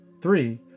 three